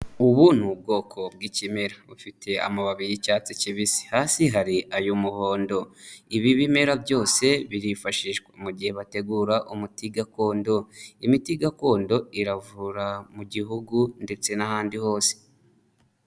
Ubu ni ubwoko bw'ikimera, bufite amababi y'icyatsi kibisi, hasi hari ay'umuhondo, ibi bimera byose birifashishwa mu gihe bategura umuti gakondo, imiti gakondo iravura mu gihugu ndetse n'ahandi hose.